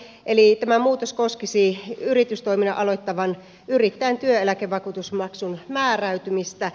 tämä muutos koskisi yritystoiminnan aloittavan yrittäjän työeläkevakuutusmaksun määräytymistä